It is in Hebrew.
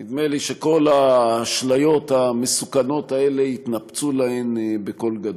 נדמה לי שכל האשליות המסוכנות האלה התנפצו להן בקול גדול,